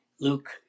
Luke